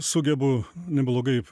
sugebu neblogai